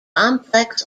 complex